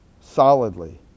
solidly